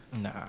nah